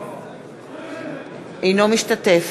אינו משתתף